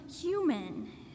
human